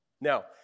Now